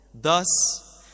Thus